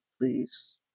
please